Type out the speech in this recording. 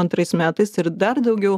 antrais metais ir dar daugiau